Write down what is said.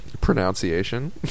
Pronunciation